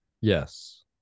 Yes